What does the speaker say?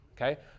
Okay